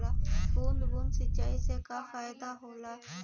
बूंद बूंद सिंचाई से का फायदा होला?